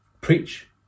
Preach